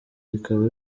rikaba